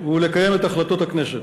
ולקיים את החלטות הכנסת.